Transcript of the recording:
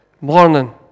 morning